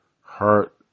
heart